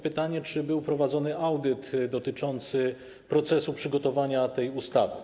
Pytanie, czy był prowadzony audyt dotyczący procesu przygotowania tej ustawy.